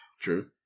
True